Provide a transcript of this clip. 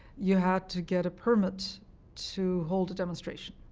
you had to get a permit to hold a demonstration,